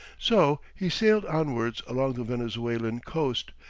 so he sailed onwards along the venezuelan coast,